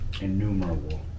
innumerable